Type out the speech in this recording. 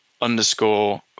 underscore